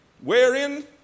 Wherein